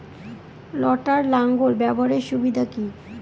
লটার লাঙ্গল ব্যবহারের সুবিধা কি?